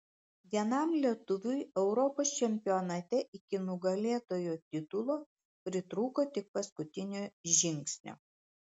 vienam lietuviui europos čempionate iki nugalėtojo titulo pritrūko tik paskutinio žingsnio